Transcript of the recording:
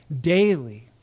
daily